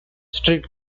strict